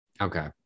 Okay